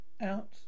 out